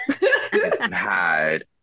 hide